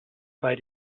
bei